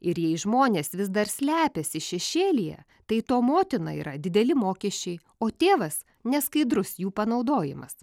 ir jei žmonės vis dar slepiasi šešėlyje tai to motina yra dideli mokesčiai o tėvas neskaidrus jų panaudojimas